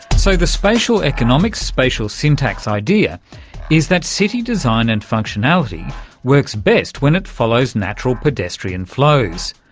so the spatial economics spatial syntax idea is that city design and functionality works best when it follows natural pedestrian flows,